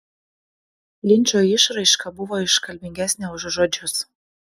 linčo išraiška buvo iškalbingesnė už žodžius